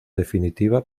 definitiva